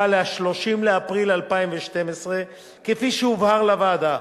ל-30 באפריל 2012. כפי שהובהר לוועדה,